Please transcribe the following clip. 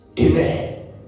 Amen